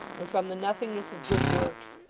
and from the nothingness of good works,